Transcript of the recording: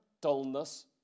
dullness